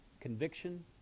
conviction